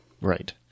Right